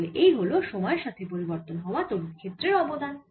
তাহলে এই হল সময়ের সাথে পরিবর্তন হওয়া তড়িৎ ক্ষেত্রের অবদান